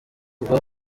ubwo